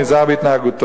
הוא נזהר בהתנהגותו,